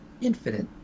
infinite